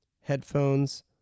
headphones